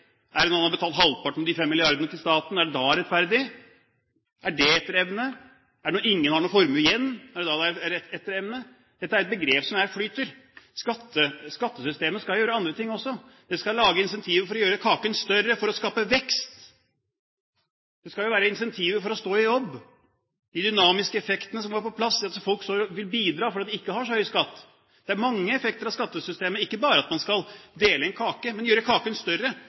riktig? Og noen som ikke har noe – er det da urettferdig? Er det når man har betalt halvparten av de 5 mrd. kr til staten – er det da rettferdig? Er dét etter evne? Er det når ingen har noe formue igjen – er det da det er etter evne? Dette er et begrep som flyter. Man skal via skattesystemet gjøre andre ting også. Man skal lage incentiver for å gjøre kaken større, for å skape vekst. Det skal jo være incentiver for å stå i jobb. De dynamiske effektene må på plass, det at folk vil bidra fordi de ikke har så høy skatt. Det er mange effekter av skattesystemet – ikke bare at man skal dele en